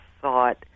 thought